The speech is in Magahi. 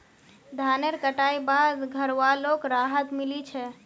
धानेर कटाई बाद घरवालोक राहत मिली छे